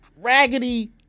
raggedy